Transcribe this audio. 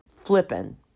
flipping